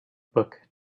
book